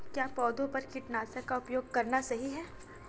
क्या पौधों पर कीटनाशक का उपयोग करना सही है?